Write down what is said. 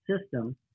system